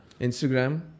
Instagram